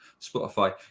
Spotify